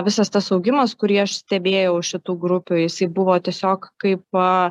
visas tas augimas kurį aš stebėjau iš šitų grupių jis buvo tiesiog kaip